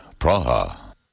Praha